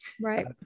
Right